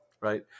right